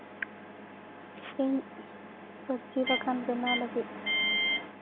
ᱤᱧ ᱥᱚᱵᱡᱤ ᱵᱟᱜᱟᱱ ᱵᱮᱱᱟᱣ ᱞᱟᱹᱜᱤᱫ